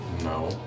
no